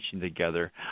together